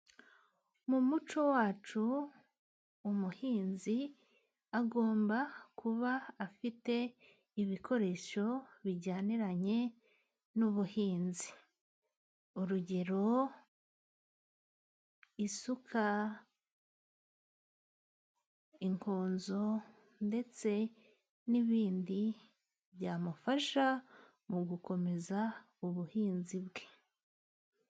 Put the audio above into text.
Mu muco wacu, umuhinzi agomba kuba afite ibikoresho bijyaniranye n'ubuhinzi, urugero: isuka, inkonzo ndetse n'ibindi byamufasha mu gukomeza ubuhinzi bwe.